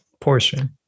portion